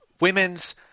women's